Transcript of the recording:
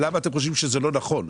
למה אתם חושבים שזה לא נכון?